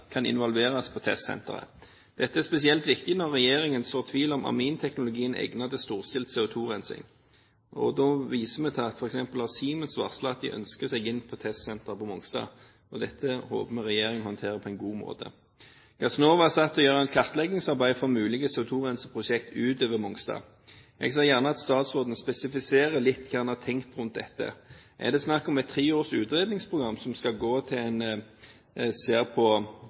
kan involveres på testsenteret. Dette er spesielt viktig når regjeringen sår tvil om aminteknologien er egnet til storstilt CO2-rensing. Vi viser til at f.eks. Siemens varsler at de ønsker seg inn på testsenteret på Mongstad. Dette håper vi regjeringen håndterer på en god måte. Gassnova er satt til å gjøre et kartleggingsarbeid for mulige CO2-renseprosjekt utover Mongstad. Jeg ser gjerne at statsråden spesifiserer litt hva han har tenkt rundt dette. Er det snakk om et tre års utredningsprogram som skal gå til en ser på